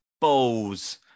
Balls